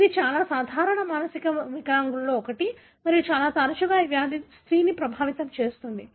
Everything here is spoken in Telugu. ఇది చాలా సాధారణ మానసిక వికలాంగులలో ఒకటి మరియు చాలా తరచుగా ఈ వ్యాధి స్త్రీని ప్రభావితం చేస్తుంది